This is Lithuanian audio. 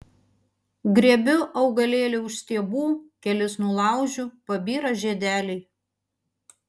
griebiu augalėlį už stiebų kelis nulaužiu pabyra žiedeliai